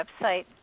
website